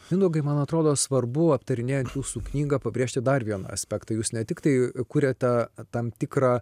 mindaugai man atrodo svarbu aptarinėjant jūsų knygą pabrėžti dar vieną aspektą jūs ne tiktai kuriate tam tikrą